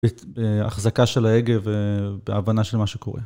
את... החזקה של ההגה והבנה של מה שקורה.